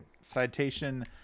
Citation